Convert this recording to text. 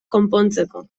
konpontzeko